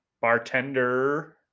bartender